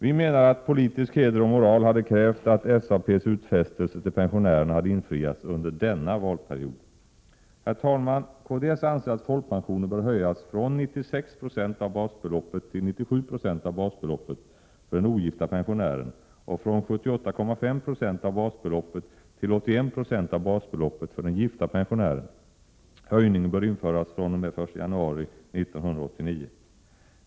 Vi menar att politisk heder och moral hade krävt att SAP:s utfästelser till pensionärerna hade infriats under denna valperiod. Herr talman! Kds anser att folkpensionen bör höjas från 96 96 av basbeloppet till 97 96 av basbeloppet för den ogifta pensionären och från 78,5 Je av basbeloppet till 81 20 av basbeloppet för den gifta pensionären. Höjningen bör införas fr.o.m. den 1 januari 1989.